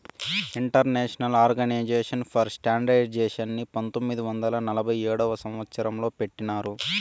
international organization for స్టాండర్డయిజేషన్ని పంతొమ్మిది వందల నలభై ఏడవ సంవచ్చరం లో పెట్టినారు